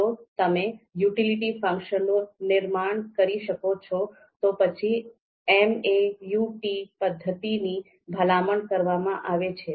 જો તમે યુટિલિટી ફંક્શનનું નિર્માણ કરી શકો છો તો પછી MAUT પદ્ધતિની ભલામણ કરવામાં આવે છે